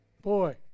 Boy